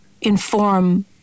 inform